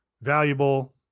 valuable